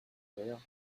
verre